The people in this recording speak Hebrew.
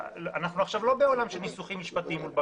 אנחנו לא בעולם של ניסוחים משפטיים מול בג"ץ,